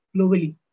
globally